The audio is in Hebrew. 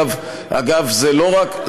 והדבר הזה נכון, אגב, אגב, זה לא רק,